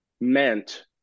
meant